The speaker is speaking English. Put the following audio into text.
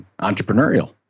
entrepreneurial